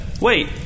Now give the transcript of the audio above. Wait